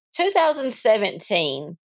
2017